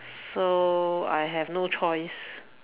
so I have no choice